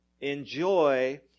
Enjoy